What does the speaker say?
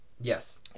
Yes